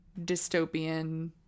dystopian